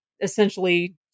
essentially